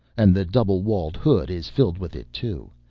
and the double-walled hood is filled with it, too.